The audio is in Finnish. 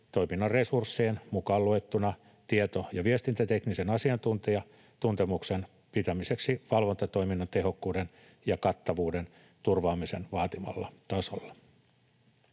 toiminnon resurssien, mukaan luettuna tieto- ja viestintäteknisen asiantuntemuksen, pitämiseksi valvontatoiminnan tehokkuuden ja kattavuuden turvaamisen vaatimalla tasolla.